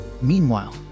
Meanwhile